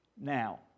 Now